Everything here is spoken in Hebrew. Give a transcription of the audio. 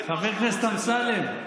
חבר הכנסת אמסלם,